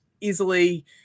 easily